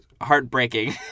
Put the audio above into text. heartbreaking